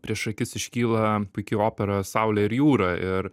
prieš akis iškyla puiki opera saulė ir jūra ir